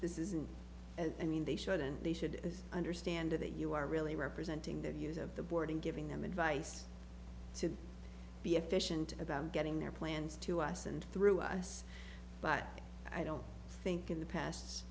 this isn't as i mean they shouldn't they should as i understand that you are really representing the views of the board and giving them advice to be efficient about getting their plans to us and through us but i don't think in the past